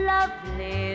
Lovely